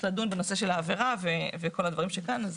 לדון בנושא של העבירה וכל הדברים שכאן.